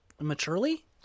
maturely